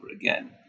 again